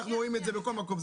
אנחנו רואים את זה בכל מקום.